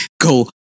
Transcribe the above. go